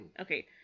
Okay